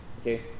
Okay